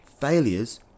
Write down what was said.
failures